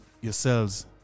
yourselves